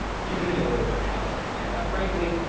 she's gonna need a little bit of help, and frankly,